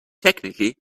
technically